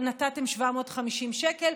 אבל נתתם 750 שקל,